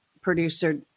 producer